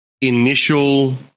initial